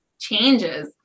changes